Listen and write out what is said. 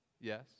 Yes